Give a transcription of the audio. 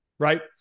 Right